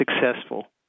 successful